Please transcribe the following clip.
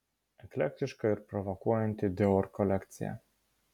eklektiška ir provokuojanti dior kolekcija